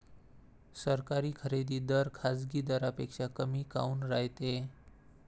सरकारी खरेदी दर खाजगी दरापेक्षा कमी काऊन रायते?